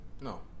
no